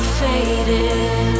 faded